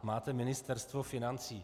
Máte Ministerstvo financí.